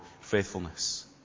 faithfulness